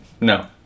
No